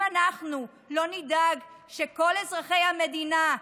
אם אנחנו לא נדאג שכל אזרחי המדינה,